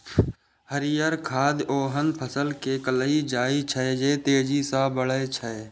हरियर खाद ओहन फसल कें कहल जाइ छै, जे तेजी सं बढ़ै छै